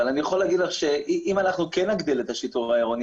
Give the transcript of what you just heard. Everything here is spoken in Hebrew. אבל אני יכול להגיד לך שאם אנחנו כן נגדיל את השיטור העירוני